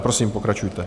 Prosím, pokračujte.